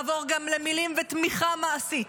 לעבור גם למילים ותמיכה מעשית,